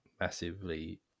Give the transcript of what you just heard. massively